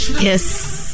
Yes